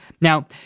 Now